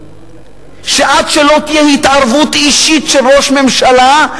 שעד שלא תהיה התערבות אישית של ראש ממשלה,